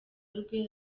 rwe